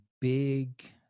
big